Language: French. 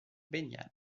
baignade